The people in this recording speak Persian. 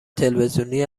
تلویزیونی